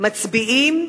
מצביעים,